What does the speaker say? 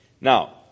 Now